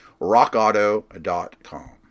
RockAuto.com